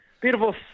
Beautiful